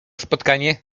spotkanie